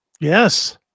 Yes